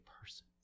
person